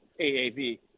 AAV